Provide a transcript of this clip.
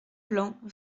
blanc